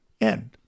end